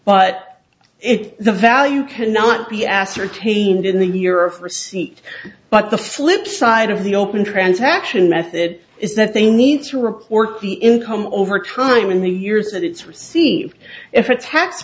but if the value cannot be ascertained in the euro for seat but the flip side of the open transaction method is that they need to report the income over time in the years that it's received if a tax